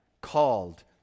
called